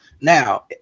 Now